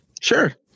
Sure